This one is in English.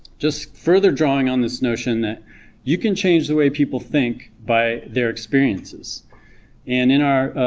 just further drawing on this notion that you can change the way people think by their experiences and in our